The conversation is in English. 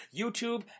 YouTube